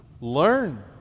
Learn